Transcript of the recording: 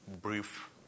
brief